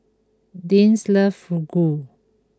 Deeann loves Fugu